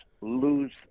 lose